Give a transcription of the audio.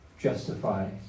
justify